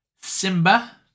Simba